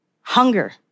hunger